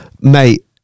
Mate